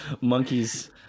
Monkey's